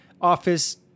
office